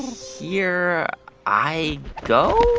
here i go?